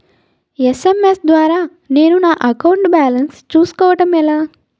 SMS ద్వారా నేను నా అకౌంట్ బాలన్స్ చూసుకోవడం ఎలా?